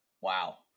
Wow